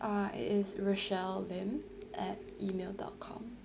uh it is rochelle lim at email dot com